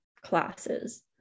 classes